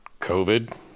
COVID